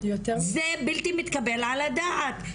זה בלתי מתקבל על הדעת.